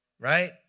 right